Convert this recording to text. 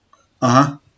(uh huh)